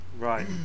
right